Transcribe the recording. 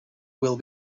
will